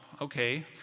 okay